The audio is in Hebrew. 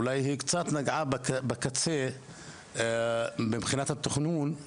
אולי היא קצת נגעה בקצה מבחינת התכנון.